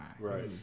Right